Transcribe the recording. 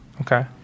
Okay